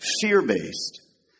fear-based